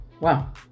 Wow